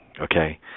Okay